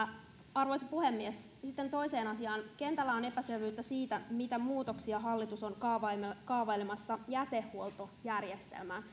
arvoisa puhemies sitten toiseen asiaan kentällä on epäselvyyttä siitä mitä muutoksia hallitus on kaavailemassa kaavailemassa jätehuoltojärjestelmään